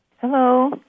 Hello